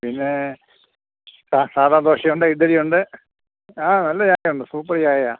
പിന്നെ സാധാ ദോശയുണ്ട് ഇഡ്ഡലിയുണ്ട് ആ നല്ല ചായയുണ്ട് സൂപ്പർ ചായയാ